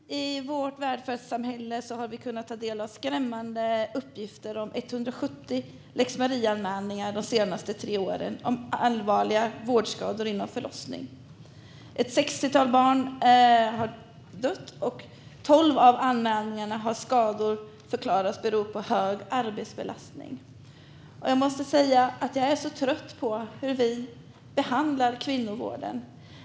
Fru talman! I vårt välfärdssamhälle har vi kunnat ta del av skrämmande uppgifter om 170 lex Maria-anmälningar de senaste tre åren om allvarliga vårdskador inom förlossning. Ett sextiotal barn har dött, och för tolv av anmälningarna har skador förklarats bero på hög arbetsbelastning. Jag måste säga att jag är trött på hur vi behandlar kvinnovården.